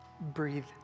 breathe